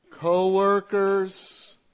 co-workers